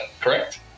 correct